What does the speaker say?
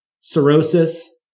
cirrhosis